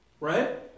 Right